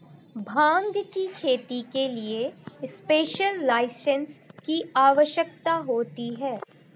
भांग की खेती के लिए स्पेशल लाइसेंस की आवश्यकता होती है